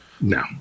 No